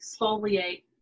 exfoliate